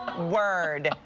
word!